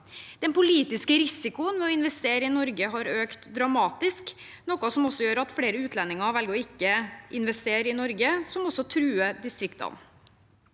Den politiske risikoen ved å investere i Norge har økt dramatisk, noe som gjør at flere utlendinger velger å ikke investere i Norge – noe som også truer distriktene.